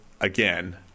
again